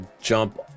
jump